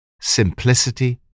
simplicity